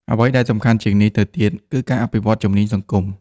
អ្វីដែលសំខាន់ជាងនេះទៅទៀត គឺការអភិវឌ្ឍជំនាញសង្គម។